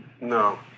no